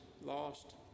lost